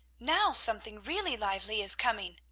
now something really lively is coming.